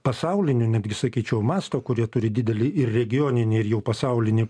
pasaulinio netgi sakyčiau masto kurie turi didelį ir regioninį ir jau pasaulinį